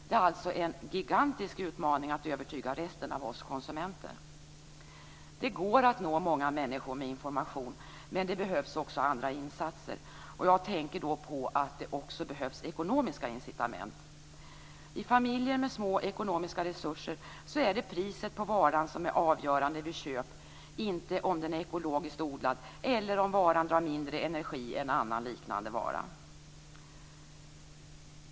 Det är alltså en gigantisk utmaning att övertyga resten av oss konsumenter. Det går att nå många människor med information, men det behövs också andra insatser, och jag tänker då på att det också behövs ekonomiska incitament. I familjer med små ekonomiska resurser är det priset på varan som är avgörande vid köp, inte om den är ekologiskt odlad eller om varan drar mindre energi än en annan liknande vara.